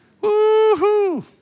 Woo-hoo